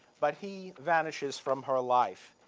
but he vanishes from her life.